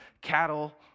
cattle